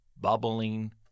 bubbling